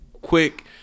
quick